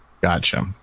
Gotcha